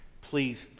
please